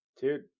dude